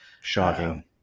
shocking